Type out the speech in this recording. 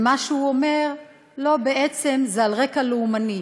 מה שהוא אומר: לא, בעצם זה על רקע לאומני.